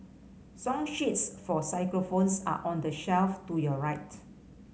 song sheets for xylophones are on the shelf to your right